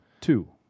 Two